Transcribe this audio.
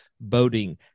boating